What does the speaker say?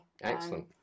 Excellent